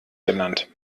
genannt